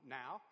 now